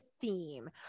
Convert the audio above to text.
theme